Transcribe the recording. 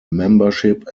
membership